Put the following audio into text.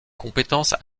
compétences